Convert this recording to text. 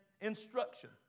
instruction